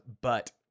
But-